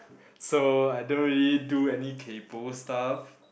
so I don't really do any kaypoh stuff